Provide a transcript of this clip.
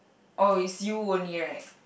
oh is you only right